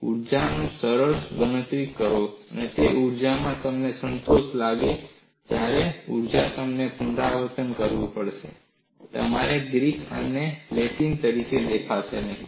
જુઓ જો તમે સરળ ગણતરી કરો છો તો વર્ગમાં તમને સંતોષ લાગે છે અને જ્યારે તમારે પુનરાવર્તન કરવું પડશે ત્યારે તે ગ્રીક અને લેટિન તરીકે દેખાશે નહીં